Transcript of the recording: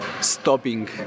stopping